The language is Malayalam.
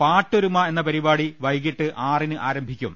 പാട്ടൊരുമ എന്ന പരിപാടി വൈകീട്ട് ആറിന് ആരംഭിക്കും